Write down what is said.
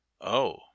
Oh